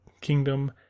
kingdom